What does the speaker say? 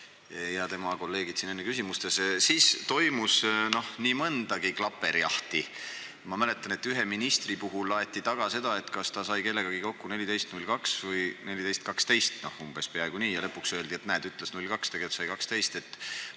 tema kolleegid siin enne küsimusi esitades –, siis toimus nii mõndagi klaperjahti. Ma mäletan, et ühe ministri puhul aeti taga seda, kas ta sai kellegagi kokku 14.02 või 14.12, umbes peaaegu nii, ja lõpuks öeldi, et näed, ütles 14.02, aga tegelikult sai kokku